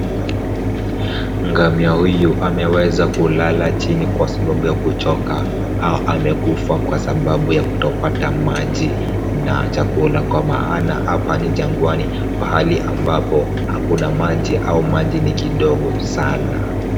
Ngamia huyu ameweza kulala chini kwa sababu ya kuchoka au amekufa kwa sababu ya kutopata maji na chakula kama hana. Hapa ni jagwani pahali ambapo hakuna maji au maji ni kidogo sana.